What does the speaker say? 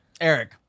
Eric